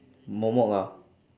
momok ah